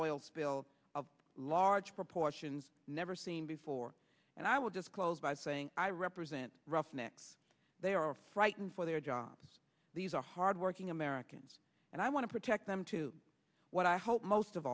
oil spill of large proportions never seen before and i will just close by saying i represent roughnecks they are frightened for their jobs these are hardworking americans and i want to protect them to what i hope most of